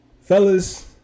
fellas